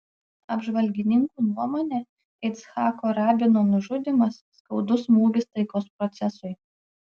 apžvalgininkų nuomone icchako rabino nužudymas skaudus smūgis taikos procesui